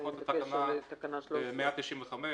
שלפחות בתקנה 195,